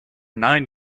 nine